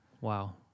Wow